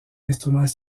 instruments